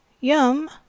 Yum